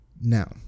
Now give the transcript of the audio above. Now